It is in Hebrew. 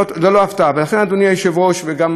ולכן, אדוני היושב-ראש, וגם מכובדי השר: